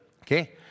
Okay